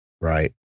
Right